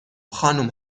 خانوم